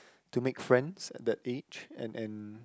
to make friends that age and and